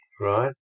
Right